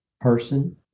person